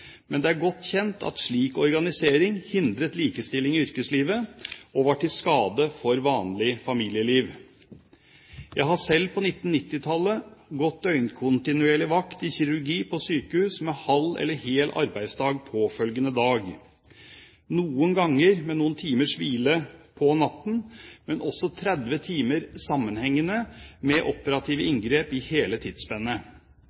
men det er godt kjent at slik organisering hindret likestilling i yrkeslivet og var til skade for vanlig familieliv. Jeg har selv på 1990-tallet gått døgnkontinuerlig vakt i kirurgi på sykehus med halv eller hel arbeidsdag påfølgende dag, noen ganger med noen timers hvile på natten, men også 30 timer sammenhengende med operative